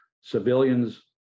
civilians